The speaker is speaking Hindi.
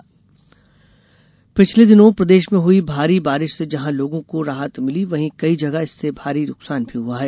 रीवा सोलर संयंत्र पिछले दिनों प्रदेश में हुई जोरदार बारिश से जहां लोगों को राहत मिली वहीं कई जगह इससे भारी नुकसान भी हुआ है